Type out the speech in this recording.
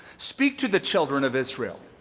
speak to the children of israel,